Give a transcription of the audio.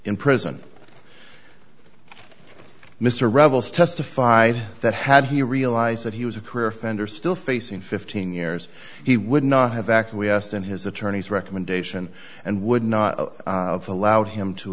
in prison mr revel's testified that had he realized that he was a career offender still facing fifteen years he would not have acquiesced in his attorney's recommendation and would not have allowed him to